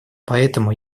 поэтому